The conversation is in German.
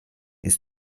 ist